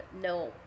no